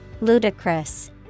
ludicrous